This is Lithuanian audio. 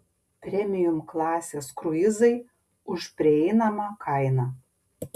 premium klasės kruizai už prieinamą kainą